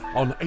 on